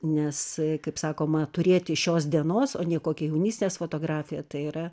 nes kaip sakoma turėti šios dienos o ne kokią jaunystės fotografiją tai yra